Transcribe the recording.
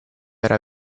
era